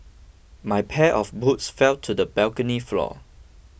my pair of boots fell to the balcony floor